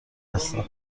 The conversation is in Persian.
هستم